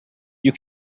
you